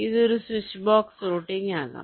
ഇത് ഒരു switch box routing ആകാം